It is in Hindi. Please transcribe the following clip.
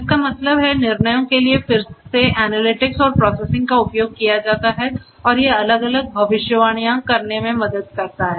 इसका मतलब है निर्णयों के लिए फिर से एनालिटिक्स और प्रोसेसिंग का उपयोग किया जाता है और ये अलग अलग भविष्यवाणियां करने में मदद करते हैं